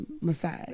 massage